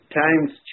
times